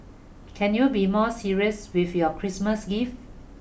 can you be more serious with your Christmas gifts